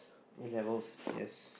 A-levels yes